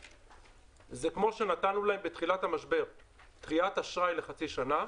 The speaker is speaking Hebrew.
זה כמו שנתנו להם בתחילת המשבר דחיית אשראי לחצי שנה,